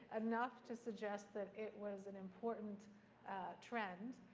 enough to suggest that it was an important trend,